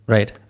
Right